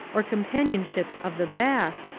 or companionships of the bath,